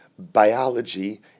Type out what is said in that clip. biology